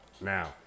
Now